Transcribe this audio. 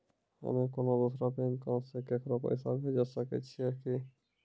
हम्मे कोनो दोसरो बैंको से केकरो पैसा भेजै सकै छियै कि?